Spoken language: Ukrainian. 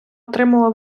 отримала